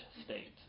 state